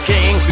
King